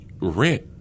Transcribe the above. rent